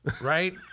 right